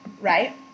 right